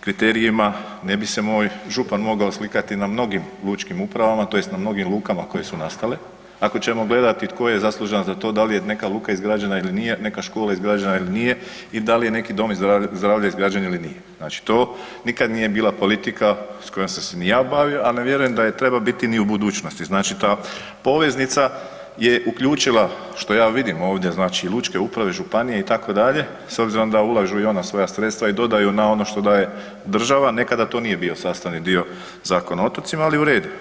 kriterijima ne bi se moj župan mogao slikati na mnogim lučkim upravama tj. na mnogim lukama koje su nastale ako ćemo gledati tko je zaslužan za to, dal je neka luka izgrađena ili nije, neka škola izgrađena ili nije i da li je neki dom zdravlja izgrađen ili nije, znači to nikad nije bila politika s kojom sam se ni ja bavio, a ne vjerujem da je treba biti i u budućnosti, znači ta poveznica je uključila što ja vidim ovdje znači lučne uprave, županije itd. s obzirom da ulažu i ona svoja sredstva i dodaju na ono što daje država, nekada to nije bio sastavni dio Zakona o otocima, ali u redu.